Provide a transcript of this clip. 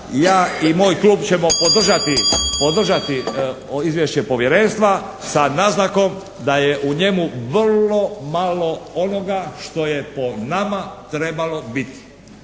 ja i moj klub ćemo podržati izvješće povjerenstva, sa naznakom da je u njemu vrlo malo onoga što je po nama trebalo biti.